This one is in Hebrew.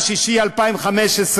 1 ביוני 2015,